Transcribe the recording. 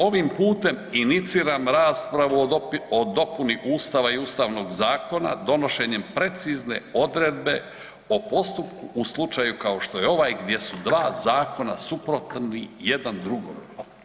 Ovim putem iniciram raspravu o dopuni Ustava i Ustavnog zakona donošenjem precizne odredbe o postupku u slučaju kao što je u slučaju ovaj gdje su dva zakona suprotni jedan drugome.